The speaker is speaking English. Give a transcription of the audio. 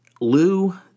Lou